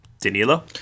Danilo